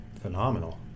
Phenomenal